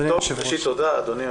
בבקשה.